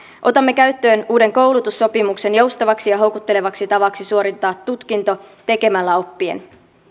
otamme käyttöön uuden koulutussopimuksen joustavaksi ja houkuttelevaksi tavaksi suorittaa tutkinto tekemällä oppien